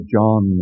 John